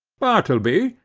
bartleby,